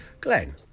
Glenn